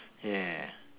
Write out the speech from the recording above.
ya